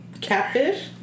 Catfish